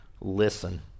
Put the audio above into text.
listen